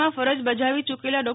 માં ફરજ બજાવી યૂકેલા ડો